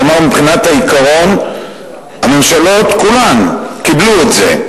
כלומר, מבחינת העיקרון הממשלות כולן קיבלו את זה.